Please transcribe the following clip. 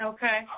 Okay